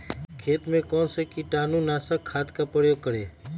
खेत में कौन से कीटाणु नाशक खाद का प्रयोग करें?